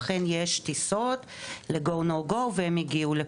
אכן יש טיסות ל-GO NO GO והם הגיעו לפה,